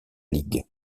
ligue